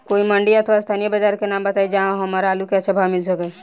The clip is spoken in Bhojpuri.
कोई मंडी अथवा स्थानीय बाजार के नाम बताई जहां हमर आलू के अच्छा भाव मिल सके?